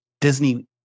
Disney